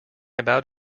about